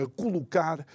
colocar